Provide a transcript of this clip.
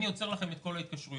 הוא עוצר לנו את כל ההתקשרויות.